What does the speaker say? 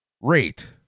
rate